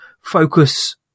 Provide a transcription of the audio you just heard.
focus